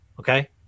Okay